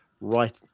right